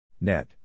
net